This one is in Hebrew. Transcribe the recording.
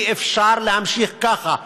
אי-אפשר להמשיך ככה.